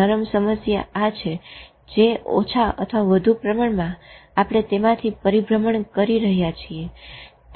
નરમ સમસ્યા આ છે જે ઓછા અથવા વધુ પ્રમાણમાં આપણે તેમાંથી પરિભ્રમણ કરી રહી છીએ